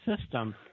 system